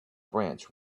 branch